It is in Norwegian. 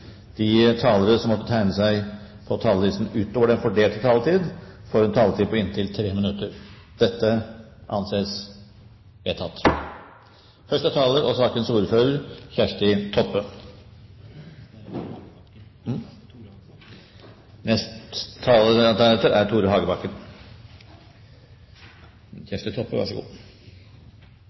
de talere som måtte tegne seg på talerlisten utover den fordelte taletid, får en taletid på inntil 3 minutter. – Dette anses vedtatt.